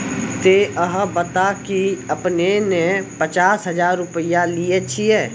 ते अहाँ बता की आपने ने पचास हजार रु लिए छिए?